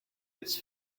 its